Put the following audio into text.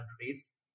countries